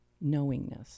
knowingness